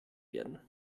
werden